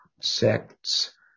sects